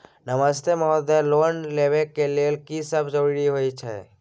नमस्ते महोदय, लोन लेबै के लेल की सब जरुरी होय छै?